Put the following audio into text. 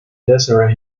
desert